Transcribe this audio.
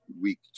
week